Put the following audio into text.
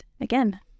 again